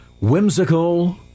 whimsical